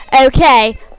okay